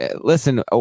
listen